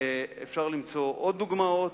ואפשר למצוא עוד דוגמאות.